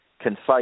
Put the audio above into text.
concise